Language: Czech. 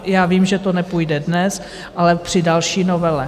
Já vím, že to nepůjde dnes, ale při další novele.